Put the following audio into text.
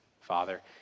Father